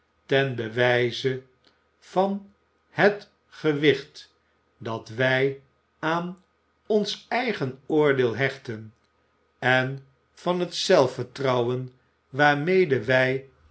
ten bewijze van het gewicht dat wij aan ons eigen oordeel hechten en bill sikes en fagin hebben een gemeenschappelijk belang van het zelfvertrouwen waarmede wij